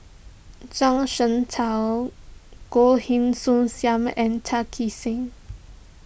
Zhuang Shengtao Goh Heng Soon Sam and Tan Kee Sek